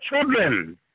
children